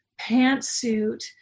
pantsuit